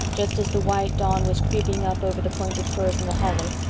just as the white dawn was creeping up over the pointed firs in the hollow,